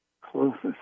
closest